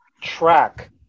track